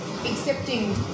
accepting